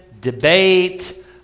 debate